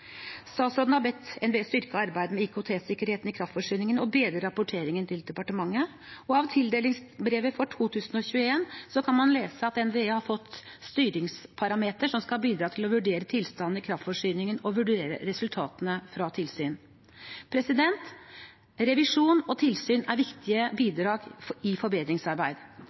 Statsråden har bedt NVE styrke arbeidet med IKT-sikkerheten i kraftforsyningen og bedre rapporteringen til departementet, og av tildelingsbrevet for 2021 kan man lese at NVE har fått styringsparametere som skal bidra til å vurdere tilstanden i kraftforsyningen og vurdere resultatene fra tilsyn. Revisjon og tilsyn er viktige bidrag i forbedringsarbeid.